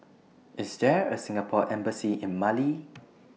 IS There A Singapore Embassy in Mali